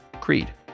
Creed